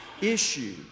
issue